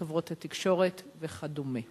חברות התקשורת וכדומה?